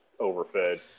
overfed